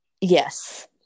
Yes